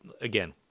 Again